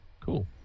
Cool